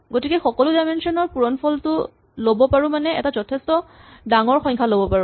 গতিকে সকলো ডাইমেনচন ৰ পূৰণফলটো ল'ব পাৰো মানে এটা যথেষ্ঠ ডাঙৰ সংখ্যা ল'ব পাৰো